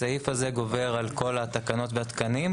הסעיף הזה גובר על כל התקנות והתקנים,